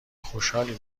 خوشحالیم